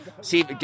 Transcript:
See